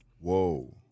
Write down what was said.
Whoa